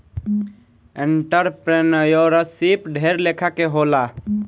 entrepreneurship ढेर लेखा के होला